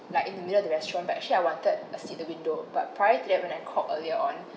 like in the middle of the restaurant but actually I wanted a seat at the window but prior to that when I called earlier on